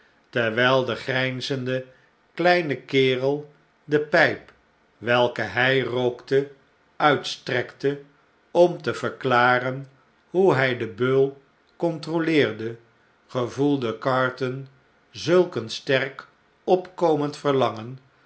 terwijl de grijnzende kleine kereldepp welke hj rookte uitstrekte om te verklaren hoe hg den beul controleerde gevoelde carton zulk een sterk opkomend verlangen